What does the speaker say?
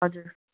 हजुर